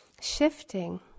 shifting